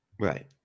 Right